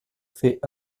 fait